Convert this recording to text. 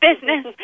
business